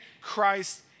Christ